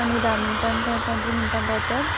आनी धा मिनटान पोंदरा मिनटान पावतात